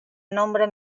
nombre